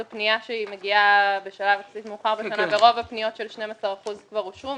זאת פנייה שמגיעה בשלב מאוחר יחסית בשנה ורוב הפניות של 12% כבר אושרו.